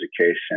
education